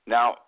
Now